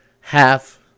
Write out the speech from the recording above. half